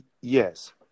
Yes